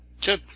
Good